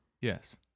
Yes